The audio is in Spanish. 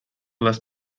las